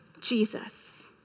Jesus